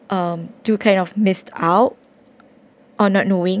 um do kind of missed out on not knowing